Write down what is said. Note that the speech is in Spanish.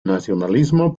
nacionalismo